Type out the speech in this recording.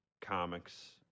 comics